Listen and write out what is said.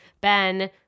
Ben